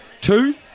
two